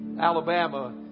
Alabama